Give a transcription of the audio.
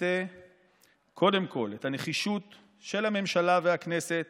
מבטא קודם כול את הנחישות של הממשלה והכנסת